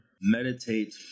meditate